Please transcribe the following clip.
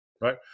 right